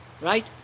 Right